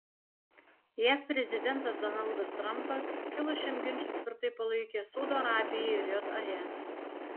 jav prezidentas donaldas trampas kilus šiam ginčui tvirtai palaikė saudo arabiją ir jae